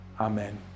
Amen